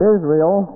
Israel